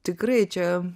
tikrai čia